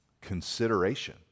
consideration